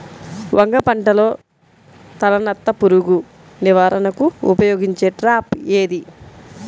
వంగ పంటలో తలనత్త పురుగు నివారణకు ఉపయోగించే ట్రాప్ ఏది?